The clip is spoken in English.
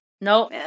Nope